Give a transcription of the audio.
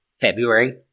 February